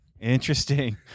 interesting